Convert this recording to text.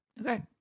Okay